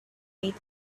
bit